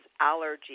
allergies